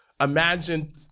Imagine